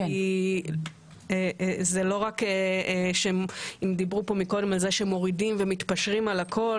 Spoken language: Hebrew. זה לא כמו שדיברו פה קודם על זה שמורידים ומתפשרים על הכול,